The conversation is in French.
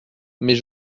mais